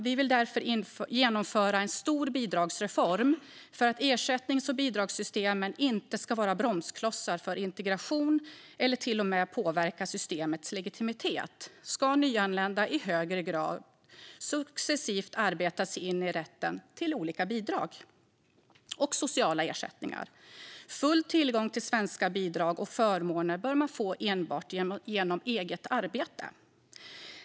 Vi vill därför genomföra en stor bidragsreform. För att ersättnings och bidragssystemen inte ska vara bromsklossar för integration eller till och med påverka systemets legitimitet ska nyanlända i högre grad successivt arbeta sig in i rätten till olika bidrag och sociala ersättningar. Full tillgång till svenska bidrag och förmåner bör man få enbart genom eget arbete.